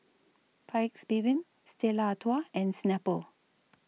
Paik's Bibim Stella Artois and Snapple